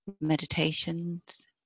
meditations